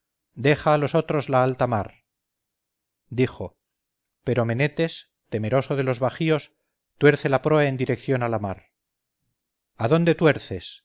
deja a los otros la alta mar dijo pero menetes temeroso de los bajíos tuerce la proa en dirección a la mar adónde tuerces